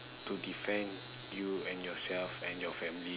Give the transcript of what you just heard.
to defend you and yourself and your family